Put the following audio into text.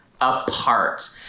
apart